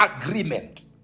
agreement